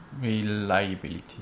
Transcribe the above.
reliability